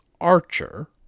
Archer